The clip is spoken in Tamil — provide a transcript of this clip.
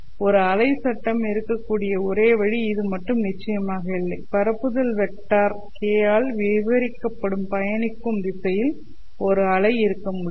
ஒரு அலை சட்டம் இருக்கக்கூடிய ஒரே வழி இது மட்டும் நிச்சயமாக இல்லை பரப்புதல் வெக்டர் k' ஆல் விவரிக்கப்படும் பயணிக்கும் திசையில் ஒரு அலை இருக்க முடியும்